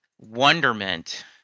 wonderment